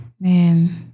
Man